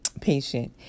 patient